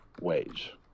Wage